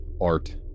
art